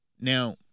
Now